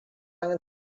angen